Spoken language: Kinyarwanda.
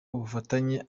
ubufatanye